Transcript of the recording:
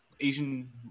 Asian